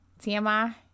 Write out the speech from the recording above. tmi